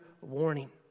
warning